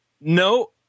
no